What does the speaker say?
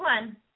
one